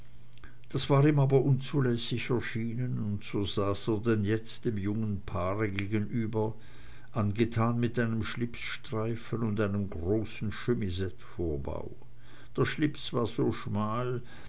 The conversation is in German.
das war ihm aber unzulässig erschienen und so saß er denn jetzt dem jungen paare gegenüber angetan mit einem schlipsstreifen und einem großen chemisettevorbau der schlips war so schmal